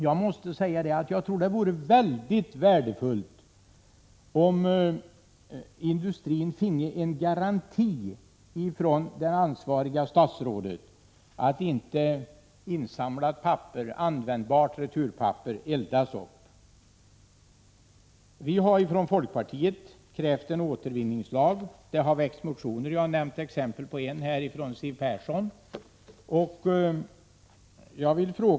Jag tror att det vore mycket värdefullt om industrin från det ansvariga statsrådet finge en garanti för att inte insamlat papper — användbart returpapper — eldas upp. Vi har från folkpartiet krävt en återvinningslag. Det har väckts motioneri = Prot. 1986/87:119 detta syfte, och jag har här som exempel nämnt en motion av Siw Persson.